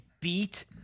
beat